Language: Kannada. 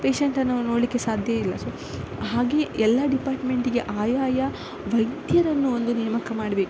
ಪೇಶೆಂಟನ್ನು ನೋಡಲಿಕ್ಕೆ ಸಾಧ್ಯ ಇಲ್ಲ ಸೊ ಹಾಗೆಯೇ ಎಲ್ಲ ಡಿಪಾರ್ಟ್ಮೆಂಟಿಗೆ ಆಯಾ ವೈದ್ಯರನ್ನು ಒಂದು ನೇಮಕ ಮಾಡಬೇಕು